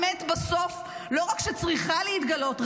בסוף האמת לא רק שצריכה להתגלות,